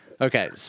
Okay